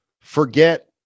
forget